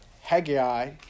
Haggai